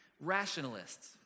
rationalists